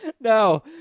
No